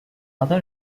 other